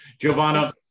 Giovanna